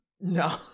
no